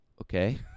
Okay